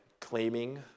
claiming